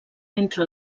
entre